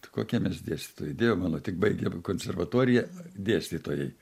tai kokie mes dėstytojai dieve mano tik baigę va konservatoriją dėstytojai